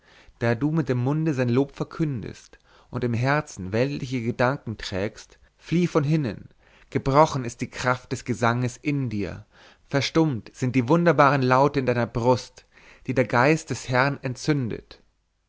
da du mit dem munde sein lob verkündest und im herzen weltliche gedanken trägst flieh von hinnen gebrochen ist die kraft des gesanges in dir verstummt sind die wunderbaren laute in deiner brust die der geist des herrn entzündet